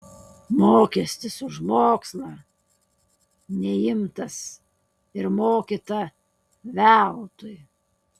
mokestis už mokslą neimtas ir mokyta veltui